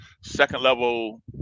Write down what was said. second-level